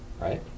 right